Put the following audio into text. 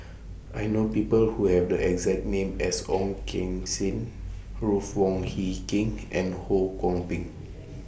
I know People Who Have The exact name as Ong Keng Sen Ruth Wong Hie King and Ho Kwon Ping